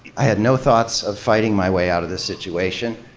i had no thoughts of fighting my way out of this situation,